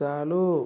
चालू